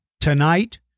Tonight